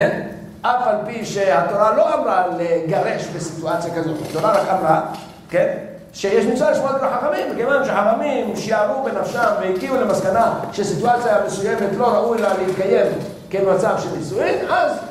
כן, אף על פי שהתורה לא אמרה לגרש בסיטואציה כזאת, התורה רק אמרה, כן? שיש מצב לשמוע לחכמים, בגלל שהחכמים שיערו בנפשם והגיעו למסקנה שסיטואציה מסוימת לא ראוי לה להתקיים כמצב של נישואים, אז...